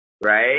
Right